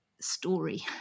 story